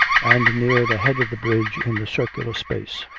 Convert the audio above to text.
and near the head of the bridge, in the circular space,